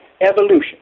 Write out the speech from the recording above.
evolution